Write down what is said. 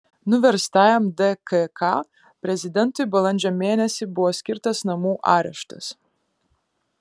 nuverstajam dkk prezidentui balandžio mėnesį buvo skirtas namų areštas